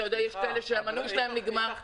אתה יודע, יש כאלה שהמינוי שלהם נגמר.